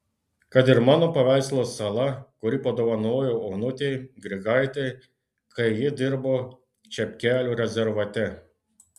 kad ir mano paveikslas sala kurį padovanojau onutei grigaitei kai ji dirbo čepkelių rezervate